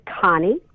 Connie